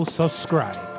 subscribe